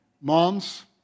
Moms